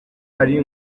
ari